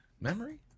memory